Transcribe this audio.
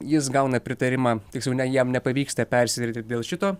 jis gauna pritarimą tiksliau jam nepavyksta persiderėti dėl šito